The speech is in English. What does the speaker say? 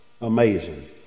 Amazing